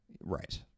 right